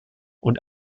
und